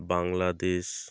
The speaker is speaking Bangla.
বাংলাদেশ